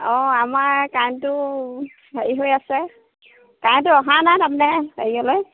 অঁ আমাৰ কাৰেণ্টটো হেৰি হৈ আছে কাৰেণ্টো অহা নাই তাৰ মানে হেৰিয়লৈ